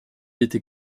était